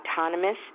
autonomous